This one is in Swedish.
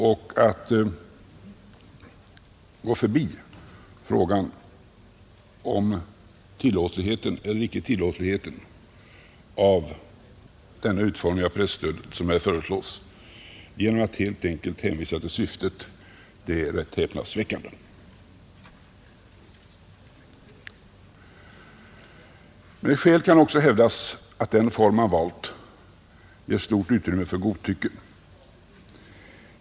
Och att gå förbi frågan om tillåtligheten eller icke tillåtligheten av den utformning av presstödet som här föreslås genom att helt enkelt hänvisa till syftet är häpnadsväckande. Med skäl kan också hävdas att den form man valt ger stort utrymme för godtycke.